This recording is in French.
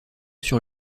sur